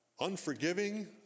unforgiving